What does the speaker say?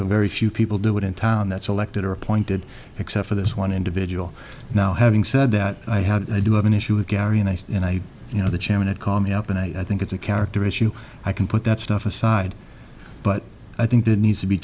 very few people do it in town that's elected or appointed except for this one individual now having said that i have i do have an issue with gary and i you know the chairman had called me up and i think it's a character issue i can put that stuff aside but i think that needs to be